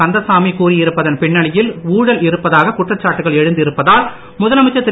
கந்தசாமி கூறியிருப்பதன் பின்னணியில் ஊழல் இருப்பதாக குற்றச்சாட்டுகள் எழுந்து இருப்பதால் முதலமைச்சர் திரு